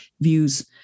views